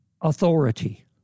authority